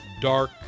dark